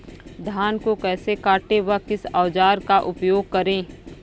धान को कैसे काटे व किस औजार का उपयोग करें?